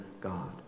God